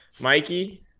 mikey